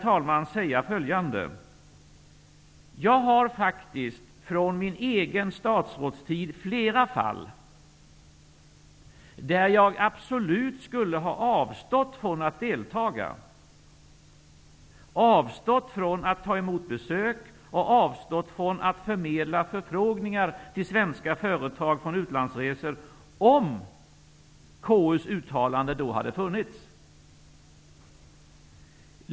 Jag vill säga följande: Jag har från min egen statsrådstid flera fall där jag absolut skulle ha avstått från att deltaga, avstått från att ta emot besök och avstått från att förmedla förfrågningar till svenska företag i samband med utlandsresor om KU:s uttalande då hade funnits.